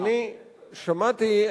אני שמעתי,